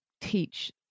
teach